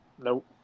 Nope